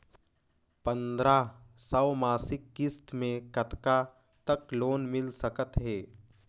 पंद्रह सौ मासिक किस्त मे कतका तक लोन मिल सकत हे?